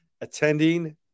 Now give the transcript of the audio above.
attending